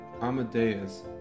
Amadeus